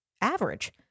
average